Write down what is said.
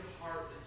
heart